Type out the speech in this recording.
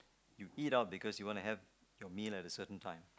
you eat out because you want to have your meal at a certain time